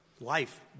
Life